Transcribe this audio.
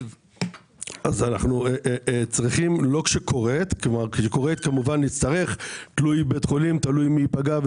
זה תלוי בבית החולים, זה תלוי במי שייפגע.